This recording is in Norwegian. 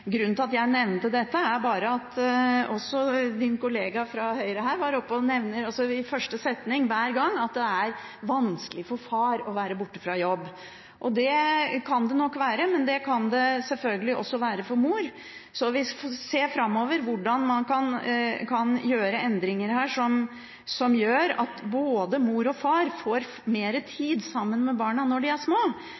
Grunnen til at jeg nevnte dette, var bare at representantens kollega fra Høyre var her oppe og nevnte i første setning – hver gang – at det er vanskelig for far å være borte fra jobb. Det kan det nok være, men det kan det sjølsagt også være for mor. Vi får se hvordan man framover kan gjøre endringer her, som gjør at både mor og far får